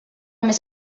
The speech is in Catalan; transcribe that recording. més